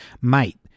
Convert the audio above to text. Mate